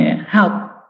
help